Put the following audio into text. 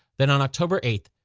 that on october eighth,